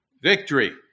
Victory